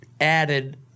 added